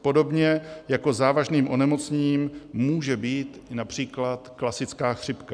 Podobně jako závažným onemocněním může být například klasická chřipka.